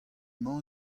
mañ